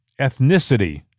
ethnicity